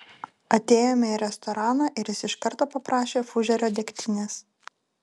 atėjome į restoraną ir jis iš karto paprašė fužero degtinės